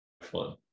fun